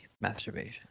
masturbation